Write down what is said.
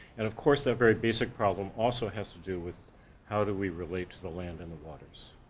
and of course that very basic problem also has to do with how do we relate to the land and the waters,